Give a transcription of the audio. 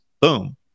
boom